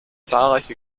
zahlreiche